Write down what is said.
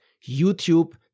YouTube